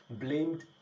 blamed